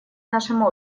нашим